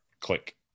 Click